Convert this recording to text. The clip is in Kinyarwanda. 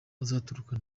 azaturuka